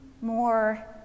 more